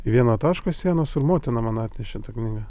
į vieną tašką sienos ir motina man atnešė tą knygą